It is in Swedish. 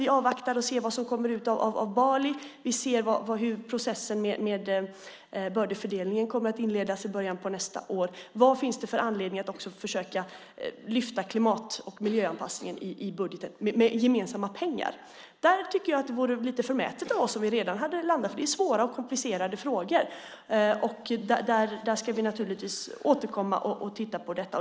Vi avvaktar och ser vad som kommer ut av Bali, och processen med bördefördelningen kommer att inledas i början av nästa år. Frågan blir alltså vilka skäl det finns för att även försöka lyfta fram klimat och miljöanpassningen i budgeten - med gemensamma pengar. Det vore lite förmätet av oss att säga att vi redan landat i dessa frågor. Det är svåra och komplicerade frågor, och vi ska naturligtvis återkomma och titta på dem.